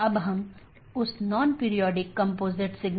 इसलिए उद्देश्य यह है कि इस प्रकार के पारगमन ट्रैफिक को कम से कम किया जा सके